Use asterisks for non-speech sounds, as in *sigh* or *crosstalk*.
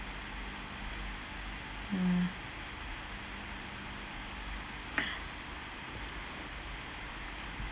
ya *breath*